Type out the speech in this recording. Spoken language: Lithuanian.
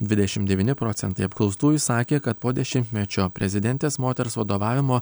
dvidešim devyni procentai apklaustųjų sakė kad po dešimtmečio prezidentės moters vadovavimo